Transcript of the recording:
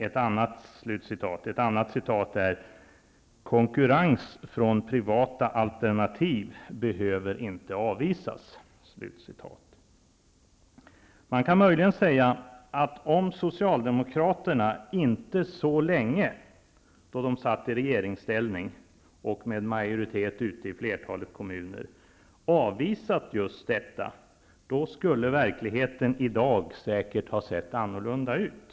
Vidare säger man: ''Konkurrens från privata alternativ behöver inte avvisas.'' Möjligen kan man säga att om Socialdemokraterna inte under så lång tid då de var i regeringsställning och hade majoritet i flertalet kommuner hade avvisat just detta, skulle verkligheten i dag säkert ha sett annorlunda ut.